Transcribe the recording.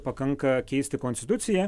pakanka keisti konstituciją